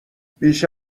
بیش